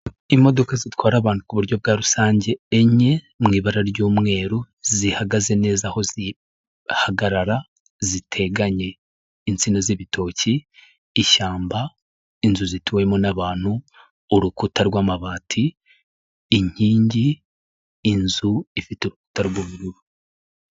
Imodoka zitwara abantu ku buryo bwa rusange enye mu ibara ry'umweru, zihagaze neza aho zihagarara ziteganye. Insina z'ibitoki, ishyamba, inzu zituwemo n'abantu, urukuta rw'amabati, inkingi, inzu ifite urukuta rw'ubururu.